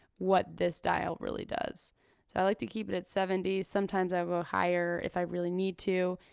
what this dial really does. so i like to keep it at seventy. sometimes i'll go higher if i really need to.